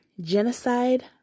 genocide